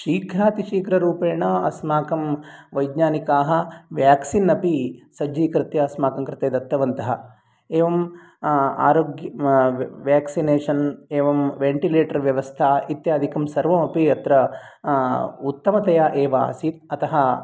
शीघ्रातिशीघ्ररूपेण अस्माकं वैज्ञानिकाः व्याक्सिन् अपि सज्जीकृत्य अस्माकङ्कृते दत्तवन्तः एवं वेक्सिनेशन् एवं वेण्टिलेटर् व्यवस्था इत्यादिकं सर्वमपि अत्र उत्तमतया एव आसीत् अतः